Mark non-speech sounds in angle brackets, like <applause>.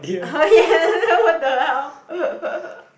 <laughs> what the hell